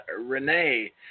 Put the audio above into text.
Renee